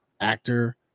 actor